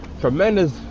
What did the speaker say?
tremendous